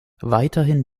weiterhin